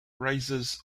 rises